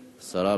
השרה,